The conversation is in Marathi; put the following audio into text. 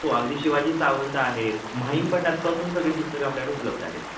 हो अगदी शिवाजी सावंत आहेत माहीं भटांपासून सगळे पुस्तकं आपल्याकडे उपलब्ध आहेत